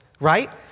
Right